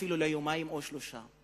אפילו ליומיים או לשלושה.